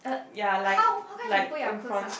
ya like like in front